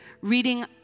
reading